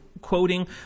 quoting